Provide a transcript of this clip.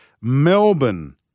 Melbourne